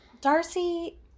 Darcy